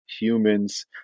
humans